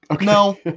No